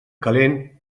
calent